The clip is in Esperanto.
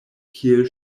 kiel